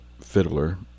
fiddler